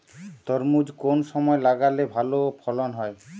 তরমুজ কোন সময় লাগালে ভালো ফলন হয়?